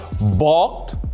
balked